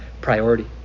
priority